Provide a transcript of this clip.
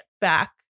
back